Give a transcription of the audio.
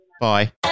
Bye